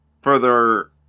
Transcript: further